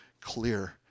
clear